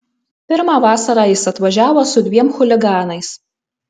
pirmą vasarą jis atvažiavo su dviem chuliganais